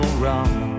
wrong